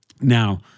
Now